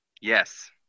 Yes